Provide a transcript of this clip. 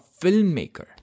filmmaker